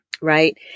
Right